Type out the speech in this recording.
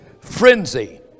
frenzy